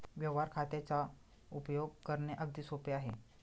व्यवहार खात्याचा उपयोग करणे अगदी सोपे आहे